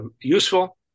useful